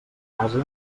casa